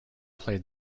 played